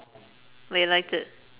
but you liked it